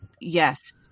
Yes